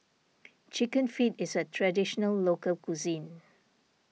Chicken Feet is a Traditional Local Cuisine